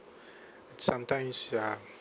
sometimes ya